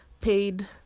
paid